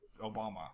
Obama